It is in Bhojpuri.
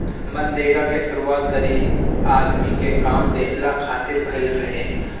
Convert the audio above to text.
मनरेगा के शुरुआत गरीब आदमी के काम देहला खातिर भइल रहे